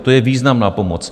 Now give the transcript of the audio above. To je významná pomoc.